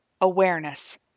Awareness